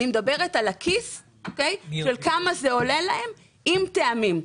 אלא אני מדברת על הכיס של כמה זה עולה להם עם טעמים.